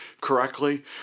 correctly